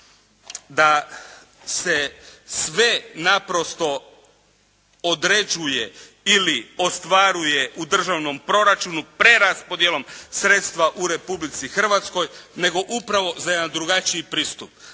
da se sve naprosto određuje ili ostvaruje u državnom proračunu preraspodjelom sredstva u Republici Hrvatskoj nego upravo za jedan drugačiji pristup.